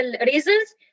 reasons